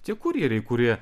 tie kurjeriai kurie